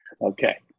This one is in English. okay